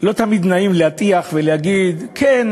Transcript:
לא תמיד נעים להטיח ולהגיד: כן,